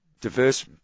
diverse